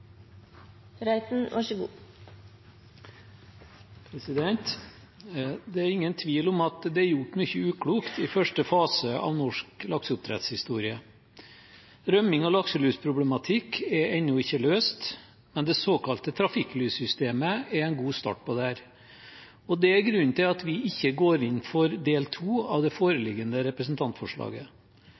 gjort mye uklokt i første fase av norsk lakseoppdrettshistorie. Rømnings- og lakselusproblematikk er ennå ikke løst, men det såkalte trafikklyssystemet er en god start på dette. Det er grunnen til at vi ikke går inn for del 2 av det foreliggende representantforslaget.